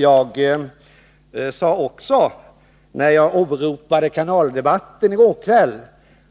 Jag sade också, när jag åberopade Kanalen-debatten i går kväll,